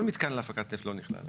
כל מתקן להפקת נפט לא נכלל.